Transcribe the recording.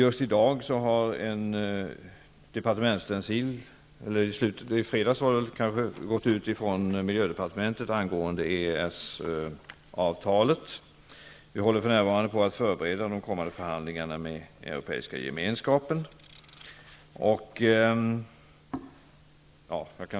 I fredags gick en departementsstencil ut från miljödepartementet angående EES-avtalet, och vi håller för närvarande på att förbereda de kommande förhandlingarna med Europeiska gemenskapen.